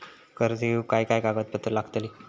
कर्ज घेऊक काय काय कागदपत्र लागतली?